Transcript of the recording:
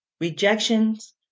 Rejections